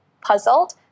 puzzled